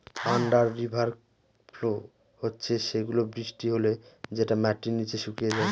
under river flow হচ্ছে সেগুলা বৃষ্টি হলে যেটা মাটির নিচে শুকিয়ে যায়